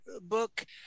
book